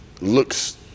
looks